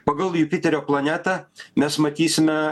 pagal jupiterio planetą mes matysime